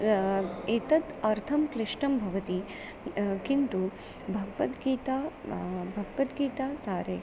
एतत् अर्थं क्लिष्टं भवति किन्तु भगवद्गीता भगवद्गीता सारे